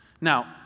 Now